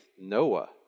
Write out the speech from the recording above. Noah